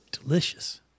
Delicious